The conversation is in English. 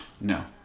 no